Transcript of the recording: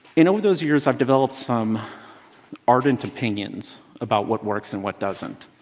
in all those years, i've developed some ardent opinions about what works and what doesn't.